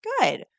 Good